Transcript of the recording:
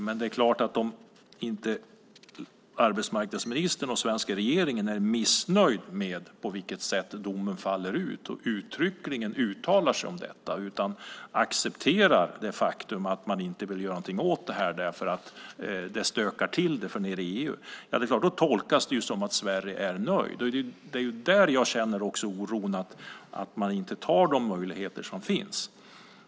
Men om inte arbetsmarknadsministern och den svenska regeringen är missnöjd med på vilket sätt domen faller ut och uttryckligen uttalar sig om detta utan accepterar det faktum att man inte vill göra någonting åt det här därför att det stökar till det nere i EU är det klart att det tolkas som att Sverige är nöjt. Det är där som jag känner oro för att man inte tar vara på de möjligheter som finns.